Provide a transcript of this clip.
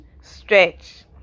Stretch